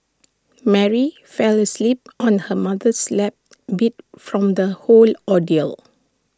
Mary fell asleep on her mother's lap beat from the whole ordeal